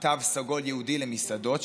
של תו סגול ייעודי למסעדות,